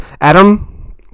Adam